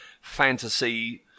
fantasy